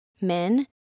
Men